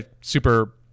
super